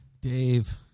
Dave